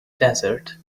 desert